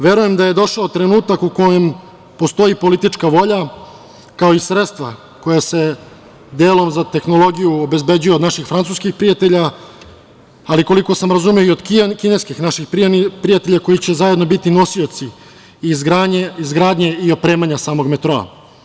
Verujem da je došao trenutak u kojem postoji politička volja, kao i sredstva koja se delom za tehnologiju obezbeđuje od naših francuskih prijatelja, ali koliko sam razumeo i od kineskih naših prijatelja, koji će zajedno biti nosioci izgradnje i opremanja samog metroa.